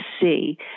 see